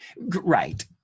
Right